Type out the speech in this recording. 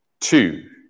two